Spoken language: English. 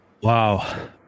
wow